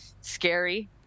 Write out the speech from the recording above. scary